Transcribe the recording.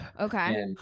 Okay